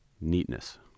Neatness